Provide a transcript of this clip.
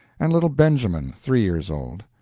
and little benjamin, three years old.